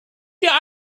your